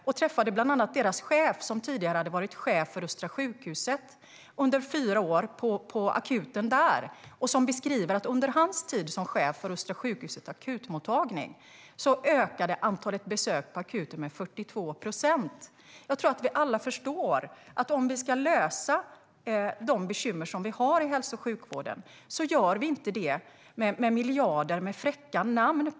Jag träffade bland annat deras chef, som tidigare varit chef för akuten på Östra sjukhuset i fyra år. Han beskrev att antalet besök på akuten under hans tid som chef där ökade med 42 procent. Jag tror att vi alla förstår att vi inte kan lösa de bekymmer vi har i hälso och sjukvården med miljarder med fräcka namn.